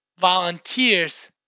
Volunteers